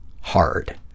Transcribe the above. Hard